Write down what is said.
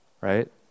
Right